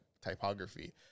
typography